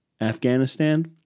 afghanistan